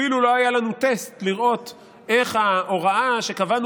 אפילו לא היה לנו טסט לראות איך ההוראה שקבענו